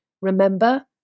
remember